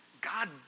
God